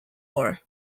war